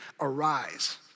arise